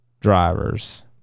Drivers